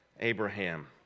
Abraham